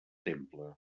temple